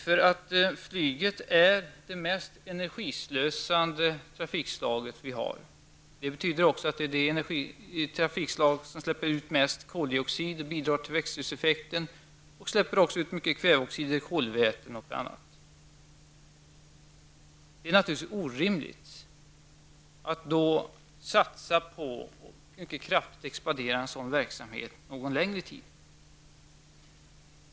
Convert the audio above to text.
Flyget är nämligen det mest energislösande trafikslaget. Det betyder också att det är det trafikslag som släpper ut mest koldioxid, som bidrar till växthuseffekten och som släpper ut mycket kväveoxider, kolväten och annat. Det är naturligtvis orimligt att satsa på en mycket kraftig expansion av en sådan verksamhet under längre tid.